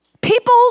people